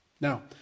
Now